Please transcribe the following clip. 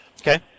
Okay